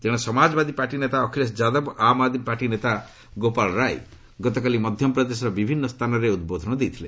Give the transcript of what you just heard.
ତେଶେ ସମାଜବାଦୀ ପାର୍ଟି ନେତା ଅଖିଳେଶ ଯାଦବ ଓ ଆମ୍ ଆଦ୍ମି ପାର୍ଟି ନେତା ଗୋପାଳ ରାଇ ଗତକାଲି ମଧ୍ୟପ୍ରଦେଶର ବିଭିନ୍ନ ସ୍ଥାନରେ ଉଦ୍ବୋଧନ ଦେଇଥିଲେ